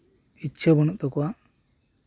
ᱤᱪᱪᱷᱟᱹ ᱵᱟᱹᱱᱩᱜ ᱛᱟᱠᱚᱣᱟ